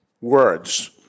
words